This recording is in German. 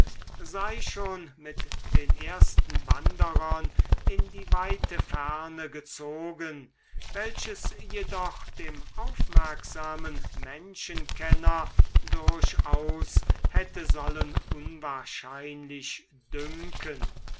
sei schon mit den ersten wanderern in die weite ferne gezogen welches jedoch dem aufmerksamen menschenkenner durchaus hätte sollen unwahrscheinlich dünken